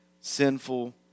sinful